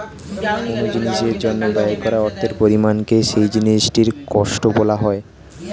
কোন জিনিসের জন্য ব্যয় করা অর্থের পরিমাণকে সেই জিনিসটির কস্ট বলা হয়